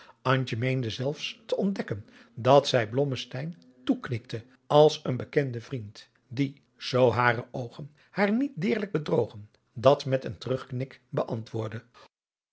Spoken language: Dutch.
meende zelfs te ontdekken dat zij blommesteyn toeknikte als een bekenden vriend die zoo hare oogen haar niet deerlijk bedrogen dat men een terugknik beantwoordde